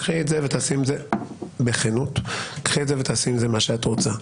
קחי את זה ותעשי עם זה מה שאת רוצה.